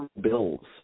bills